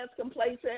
complacent